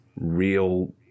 real